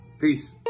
Peace